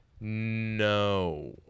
No